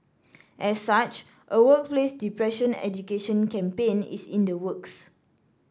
as such a workplace depression education campaign is in the works